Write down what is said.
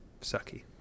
sucky